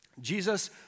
Jesus